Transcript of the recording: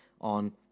on